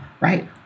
Right